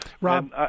Rob